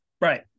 Right